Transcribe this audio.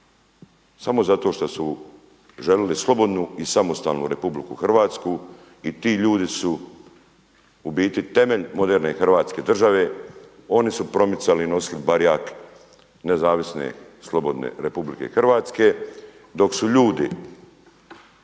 samo zato šta su željeli slobodnu i samostalnu Republiku Hrvatsku. I ti ljudi su u biti temelj moderne Hrvatske države. Oni su promicali i nosili barjak nezavisne slobodne Republike Hrvatske, dok su ljudi